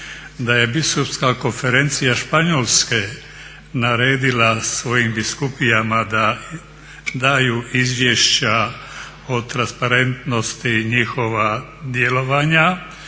da je biskupska konferencija Španjolske naredila svojim biskupijama da daju izvješća o transparentnosti njihova djelovanja,